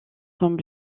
comme